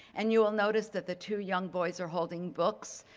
and you will notice that the two young boys are holding books.